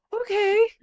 Okay